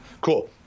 cool